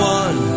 one